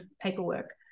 paperwork